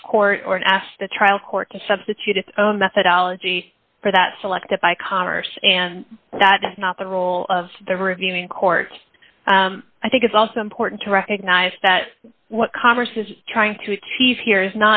this court or asked the trial court to substitute its own methodology for that selected by commerce and that's not the role of the reviewing court i think it's also important to recognize that what congress is trying to tease here is